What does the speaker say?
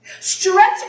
Stretch